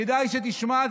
כדאי שתשמע,